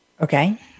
Okay